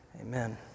Amen